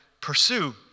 pursue